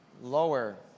lower